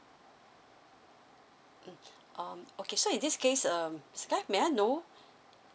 mm um okay so in this case um mister khai may I know